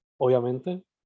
obviamente